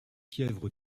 fièvre